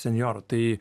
senjoro tai